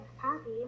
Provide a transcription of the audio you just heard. happy